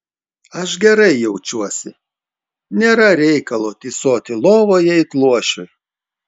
aš gerai jaučiuosi nėra reikalo tysoti lovoje it luošiui